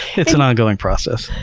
it's an ongoing process.